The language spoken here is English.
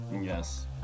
yes